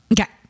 okay